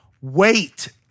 Wait